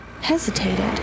hesitated